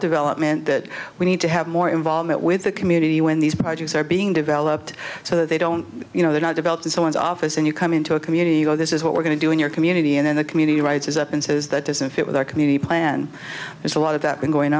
development that we need to have more involvement with the community when these projects are being developed so they don't you know they're not developed in someone's office and you come into a community you know this is what we're going to do in your community and in the community rights is up and says that doesn't fit with our community and there's a lot of that been going